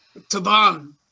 Taban